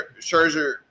Scherzer